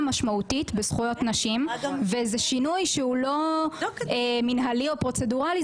משמעותית בזכויות נשים וזה שינוי שהוא לא מנהלי או פרוצדורלי,